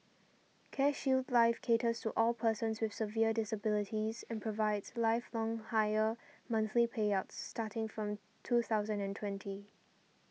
CareShield Life caters so all persons with severe disabilities and provides lifelong higher monthly payouts starting from two thousand and twenty